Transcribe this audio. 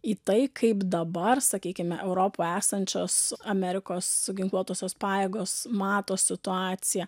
į tai kaip dabar sakykime europoje esančios amerikos ginkluotosios pajėgos mato situaciją